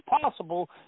possible